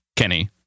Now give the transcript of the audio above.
Kenny